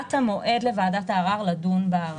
קציבת המועד לוועדת הערר לדון בערר.